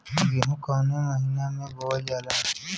गेहूँ कवने महीना में बोवल जाला?